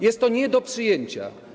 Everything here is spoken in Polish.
Jest to nie do przyjęcia.